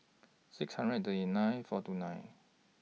six hundred and thirty nine four two nine